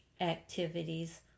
activities